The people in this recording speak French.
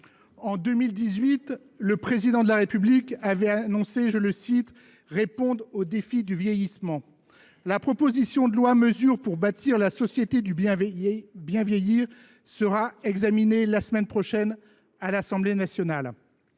En 2018, le Président de la République avait annoncé vouloir « répondre aux défis du vieillissement ». La proposition de loi portant mesures pour bâtir la société du bien vieillir en France sera examinée la semaine prochaine à l’Assemblée nationale.